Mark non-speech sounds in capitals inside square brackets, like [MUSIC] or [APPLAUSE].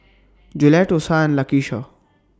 [NOISE] Jolette Osa and Lakisha